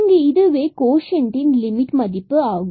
இங்கு இதுவே கோஸன்டின் லிமிட் ஆகும்